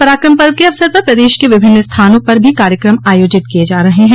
पराक्रम पर्व के अवसर पर प्रदेश के विभिन्न स्थानों पर भी कार्यक्रम आयोजित किये जा रहे हैं